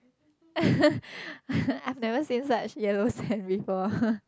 I have never seen such yellow sand before